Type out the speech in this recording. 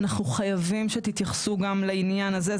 אנחנו חייבים שתייחסו גם לעניין הזה.